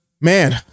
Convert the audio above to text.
man